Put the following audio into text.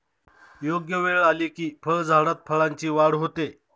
योग्य वेळ आली की फळझाडात फळांची वाढ होते